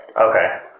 Okay